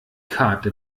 karte